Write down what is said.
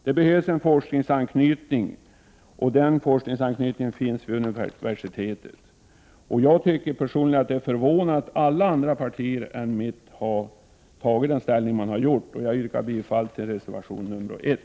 Det behövs en forskningsankytning, och den finns vid universitetet. Jag tycker personligen att det är förvånande att alla andra partier har en annan uppfattning. Jag yrkar bifall till reservation nr 1.